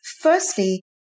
Firstly